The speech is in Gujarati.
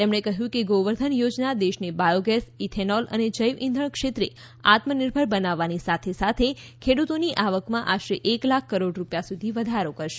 તેમણે કહ્યું કે ગોવર્ધન યોજના દેશને બાયોગેસ ઈથેનોલ અને જૈવ ઈંધણ ક્ષેત્રે આત્મનિર્ભર બનાવવાની સાથે સાથે ખેડૂતોની આવકમાં આશરે એક લાખ કરોડ રૂપિયા સુધી વધારો કરશે